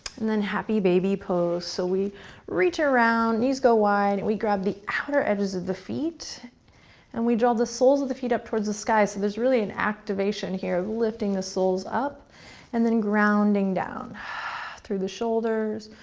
and then happy baby pose. so we reach around, knees go wide, and we grab the outer edges of the feet and we draw the soles of the feet up towards the sky, so there's really an activation here of lifting the soles up and then grounding down through the shoulders,